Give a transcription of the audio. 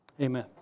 Amen